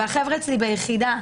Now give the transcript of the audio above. והחברה אצלי ביחידה,